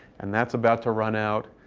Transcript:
and that's about to run out.